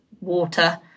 water